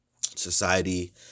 society